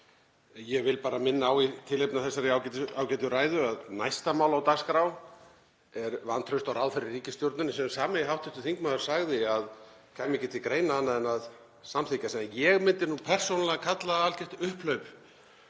Ég vil bara minna á í tilefni af þessari ágætu ræðu að næsta mál á dagskrá er vantraust á ráðherra í ríkisstjórninni sem sami hv. þingmaður sagði að kæmi ekki til greina annað en að samþykkja, sem ég myndi nú persónulega kalla algjört upphlaup